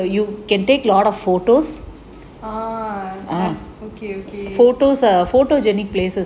uh okay okay